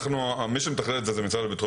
מי שמתכלל את הנושא זה המשרד לביטחון